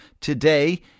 today